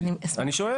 אני שואל?